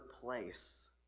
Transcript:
place